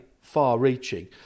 far-reaching